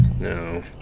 No